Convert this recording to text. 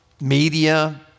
media